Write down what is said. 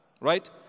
Right